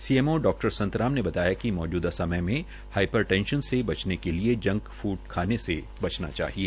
CMO डा संतराम ने बताया कि मौजूदा समय मे हाईपर टेंशन से बचने के लिये जंक फूड खाने से बचना चाहिए